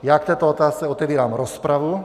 Já k této otázce otevírám rozpravu.